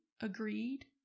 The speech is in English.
agreed